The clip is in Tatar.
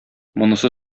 монысы